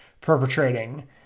perpetrating